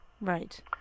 right